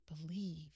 believe